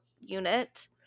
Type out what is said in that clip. unit